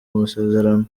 masezerano